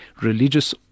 religious